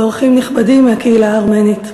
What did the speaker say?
ואורחים נכבדים מהקהילה הארמנית,